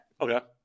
Okay